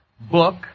book